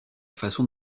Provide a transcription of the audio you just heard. façon